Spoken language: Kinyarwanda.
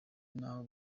n’aho